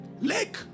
Lake